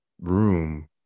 room